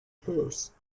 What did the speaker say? purse